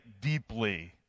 deeply